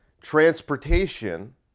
transportation